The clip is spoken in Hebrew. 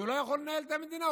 שהוא לא יכול לנהל את המדינה,